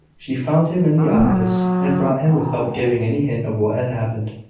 she found him in the office, and brought him, without giving any hint of what had happened.